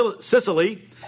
Sicily